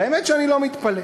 האמת, אני לא מתפלא,